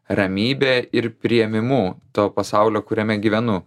ramybe ir priėmimu to pasaulio kuriame gyvenu